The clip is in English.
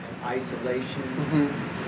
isolation